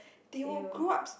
they will grow up